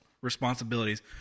responsibilities